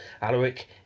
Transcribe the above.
Alaric